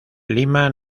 lima